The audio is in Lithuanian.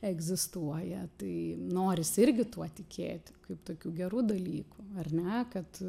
egzistuoja tai norisi irgi tuo tikėti kaip tokiu geru dalyku ar ne kad